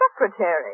secretary